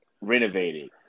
renovated –